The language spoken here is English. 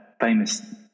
famous